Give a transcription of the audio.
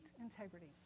integrity